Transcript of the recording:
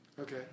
Okay